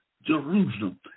Jerusalem